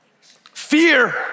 Fear